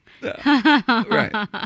Right